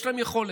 יש להם יכולת.